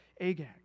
Agag